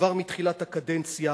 כבר מתחילת הקדנציה